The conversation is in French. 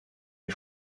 les